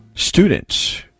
Students